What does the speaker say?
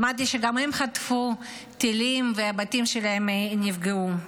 שמעתי שגם הם חטפו טילים והבתים שלהם נפגעו.